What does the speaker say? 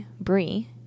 Brie